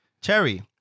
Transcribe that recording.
Cherry